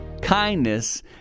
Kindness